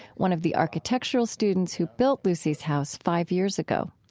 one of the architectural students who built lucy's house five years ago.